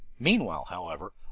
meanwhile, however,